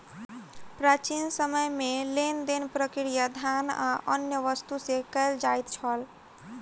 प्राचीन समय में लेन देन प्रक्रिया धान आ अन्य वस्तु से कयल जाइत छल